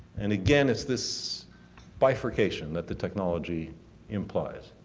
and again, it's this bifurcation that the technology implies.